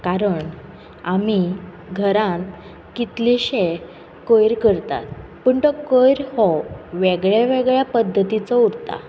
कारण आमी घरान कितलेशे कोयर करतात पूण तो कोयर हो वेगळ्यावेगळ्या पद्दतीचो उरता